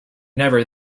never